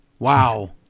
Wow